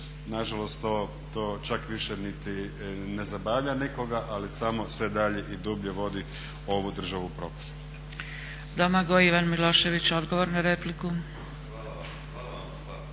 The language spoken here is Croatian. Nažalost, to čak više niti ne zabavlja nikoga ali samo sve dalje i dublje vodi ovu državu u propast.